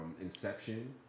inception